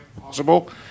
possible